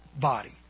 body